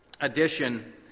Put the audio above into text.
edition